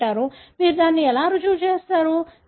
అని అంటారు మీరు దానిని ఎలా రుజువు చేస్తారు